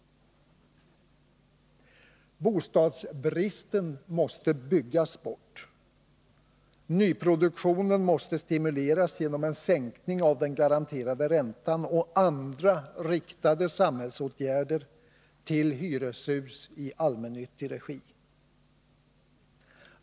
Bostadsbristen måste byggas bort. Nyproduktionen måste stimuleras genom en sänkning av den garanterade räntan och andra samhällsåtgärder med inriktning på hyreshus i allmännyttig regi.